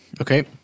Okay